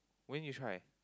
when you try